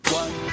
one